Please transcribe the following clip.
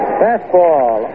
fastball